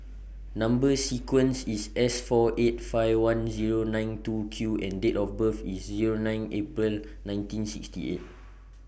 Number sequence IS S four eight five one Zero nine two Q and Date of birth IS Zero nine April nineteen sixty eight